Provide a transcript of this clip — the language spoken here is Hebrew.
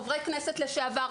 חברי כנסת לשעבר,